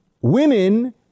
Women